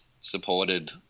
supported